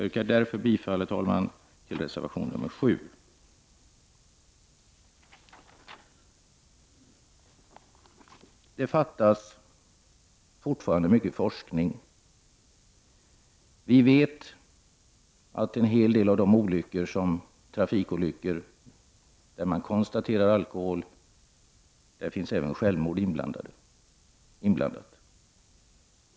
Jag yrkar därför bifall till reservation 7. Det saknas fortfarande mycket forskning. Vi vet att det vid en hel del trafikolyckor där alkohol varit inblandad varit fråga om självmord.